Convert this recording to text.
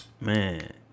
Man